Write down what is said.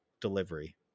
delivery